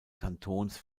kantons